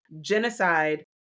genocide